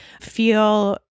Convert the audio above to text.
feel